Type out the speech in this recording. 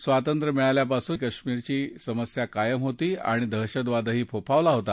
स्वातंत्र्य मिळाल्यापासून जम्मू कश्मीरची समस्या कायम होती आणि दहशतवादही फोफावला होता